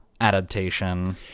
adaptation